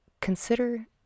consider